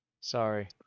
Sorry